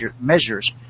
measures